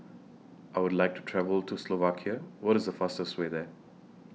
I Would like to travel to Slovakia What IS The fastest Way There